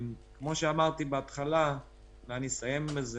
כמו שאמרתי בהתחלה ואני אסיים בזה,